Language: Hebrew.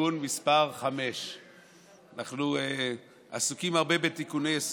(תיקון מס' 5). אנחנו עסוקים הרבה בתיקוני יסוד,